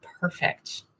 perfect